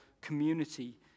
community